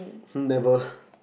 hmm never